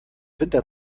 winter